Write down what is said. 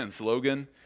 Logan